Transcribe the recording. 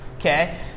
Okay